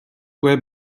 web